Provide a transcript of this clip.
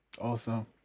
Awesome